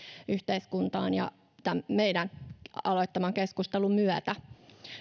yhteiskuntaan tämän meidän aloittamamme keskustelun myötä